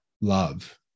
love